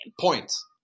Points